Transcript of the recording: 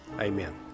Amen